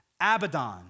Abaddon